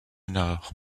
nord